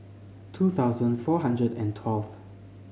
two thousand four hundred and twelve